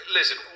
Listen